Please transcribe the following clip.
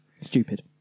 stupid